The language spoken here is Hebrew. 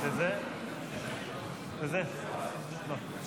הסתייגות 3 לא נתקבלה.